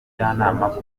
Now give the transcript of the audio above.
nta